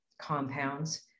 compounds